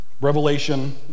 Revelation